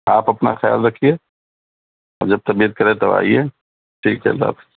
آپ اپنا خیال رکھیے اور جب طبیعت کرے تو آئیے ٹھیک ہے اللہ حافظ